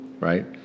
right